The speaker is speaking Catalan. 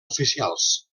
oficials